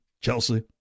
Chelsea